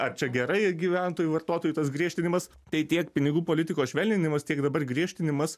ar čia gerai gyventojų vartotojų tas griežtinimas tai tiek pinigų politikos švelninimas tiek dabar griežtinimas